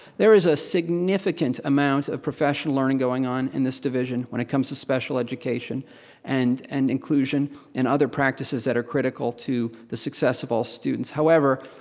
there is a significant amount of professional learning going on in this division when it comes to special education and and inclusion in other practices that are critical to the success of all students. however,